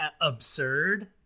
absurd